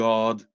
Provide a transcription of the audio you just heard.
God